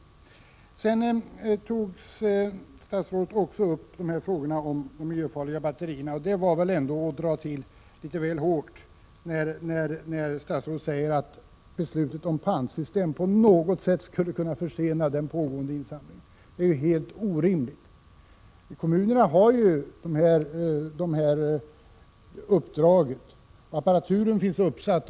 Statsrådet tog också upp frågorna kring de miljöfarliga batterierna. Det var väl ändå att ta i litet väl hårt när statsrådet sade att beslutet om pantsystem på något sätt skulle kunna försena den pågående insamlingen. Det är helt orimligt. Kommunerna har detta uppdrag, och apparaturen finns uppsatt.